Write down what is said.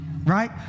right